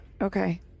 Okay